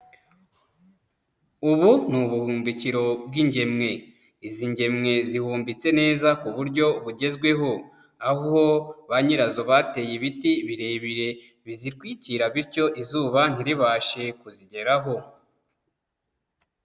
Ubu ni ubuhumbikiro bw'ingemwe. Izi ngemwe zihumbitse neza ku buryo bugezweho. Aho ba nyirazo bateye ibiti birebire bizitwikira bityo izuba ntiribashe kuzigeraho.